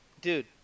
Dude